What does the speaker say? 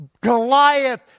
Goliath